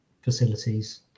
facilities